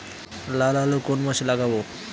লাল আলু কোন মাসে লাগাব?